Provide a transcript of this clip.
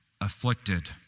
afflicted